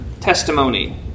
testimony